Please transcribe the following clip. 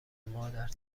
مادر